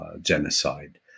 genocide